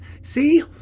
see